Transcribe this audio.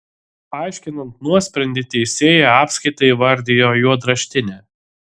aiškinant nuosprendį teisėja apskaitą įvardijo juodraštine